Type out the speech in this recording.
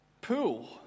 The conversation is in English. pool